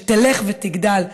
שתלך ותגדל,